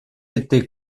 été